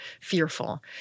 fearful